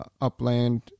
Upland